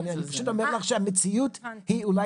אני פשוט אומר לך שהמציאות היא אולי